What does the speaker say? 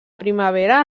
primavera